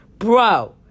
Bro